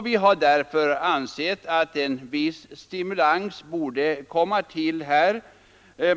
Vi har ansett att det här borde ges en viss stimulans.